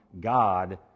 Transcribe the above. God